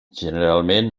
generalment